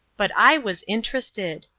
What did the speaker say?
but i was interested.